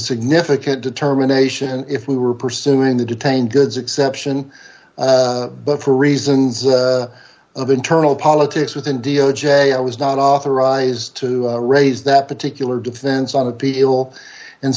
significant determination if we were pursuing the detained goods exception but for reasons of internal politics with india o j i was not authorized to raise that particular defense on appeal